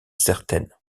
certaine